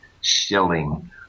shilling –